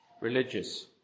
religious